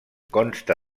consta